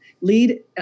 lead